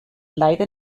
leider